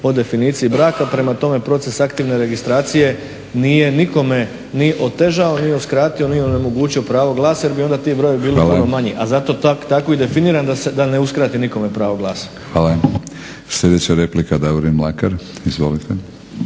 o definiciji braka. Prema tome, proces aktivne registracije nije nikome ni otežao ni uskratio, ni onemogućio pravo glasa jer bi onda ti brojevi bili malo manji, a zato tako i definiram da ne uskratim nikome pravo glasa. **Batinić, Milorad (HNS)** Hvala. Sljedeća replika Davorin Mlakar. Izvolite.